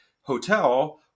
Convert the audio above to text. hotel